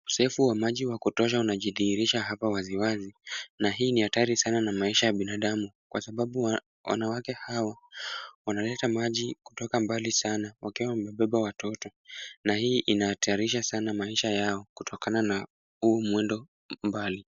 Ukosefu wa maji ya kutosha unajidhihirisha hapa waziwazi. Na hii ni hatari sana na maisha ya binadamu kwa sababu, wanawake hawa wanaleta maji kutoka mbali sana wakiwa wamebeba watoto, na hii inahatarisha sana maisha yao kutokana na huu mwendo wa mbali.